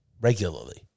regularly